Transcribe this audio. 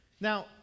Now